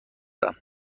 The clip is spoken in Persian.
دارم